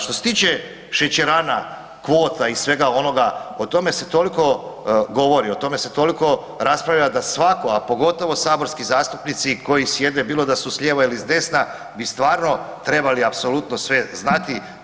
Što se tiče šećerana, kvota i svega onoga o tome se toliko govori, o tome se toliko raspravlja da svako, a pogotovo saborski zastupnici koji sjede bilo da su s lijeva ili s desna bi stvarno trebali apsolutno sve znati.